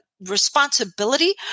responsibility